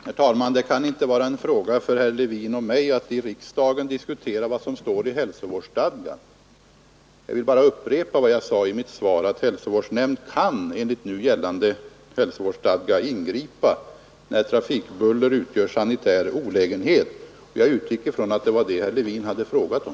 Herr talman! Det kan inte vara en fråga för herr Levin och mig att i riksdagen diskutera vad som står i hälsovårdsstadgan. Jag vill bara upprepa vad jag sade i mitt svar, att hälsovårdsnämnd kan enligt gällande hälsovårdsstadga ingripa när trafikbuller utgör Sanitär olägenhet. Jag utgick ifrån att det var det herr Levin hade frågat om.